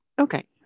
Okay